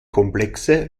komplexe